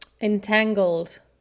entangled